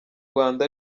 rwanda